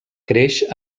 creix